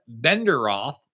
Benderoth